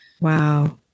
Wow